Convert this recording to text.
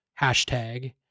hashtag